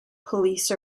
police